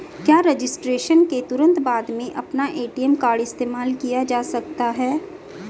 क्या रजिस्ट्रेशन के तुरंत बाद में अपना ए.टी.एम कार्ड इस्तेमाल किया जा सकता है?